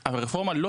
לגבי הרפורמה,